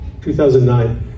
2009